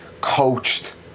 coached